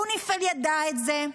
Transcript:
יוניפי"ל ידע את זה.